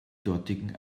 dortigen